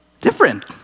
different